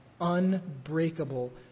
unbreakable